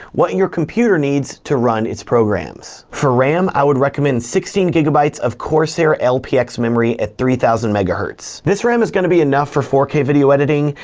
what your computer needs to run its programs. for ram i would recommend sixteen gigabytes of corsair lpx memory at three thousand megahertz. this ram is gonna be enough for four k video editing,